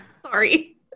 Sorry